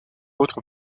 autres